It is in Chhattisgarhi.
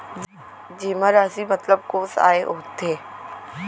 जेमा राशि मतलब कोस आय होथे?